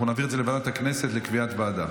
אנחנו נעביר את זה לוועדת הכנסת לקביעת ועדה.